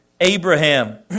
Abraham